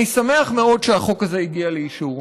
אני שמח מאוד שהחוק הזה הגיע לאישור.